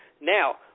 Now